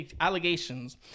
allegations